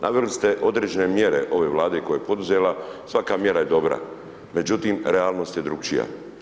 Naveli ste određene mjere ove vlade koja je poduzela, svaka mjera je dobra, međutim, realnost je drugačija.